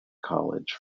college